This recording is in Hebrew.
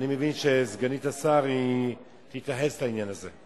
אני מבין שסגנית השר תתייחס לעניין הזה.